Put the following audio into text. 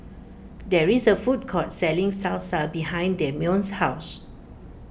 there is a food court selling Salsa behind Dameon's house